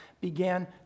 began